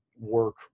Work